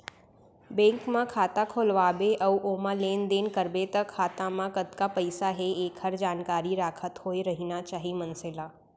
bank म खाता खोलवा बे अउ ओमा लेन देन करबे त खाता म कतका पइसा हे एकर जानकारी राखत होय रहिना चाही मनसे ल